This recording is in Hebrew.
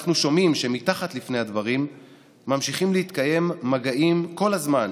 אנחנו שומעים שמתחת לפני הדברים ממשיכים להתקיים מגעים כל הזמן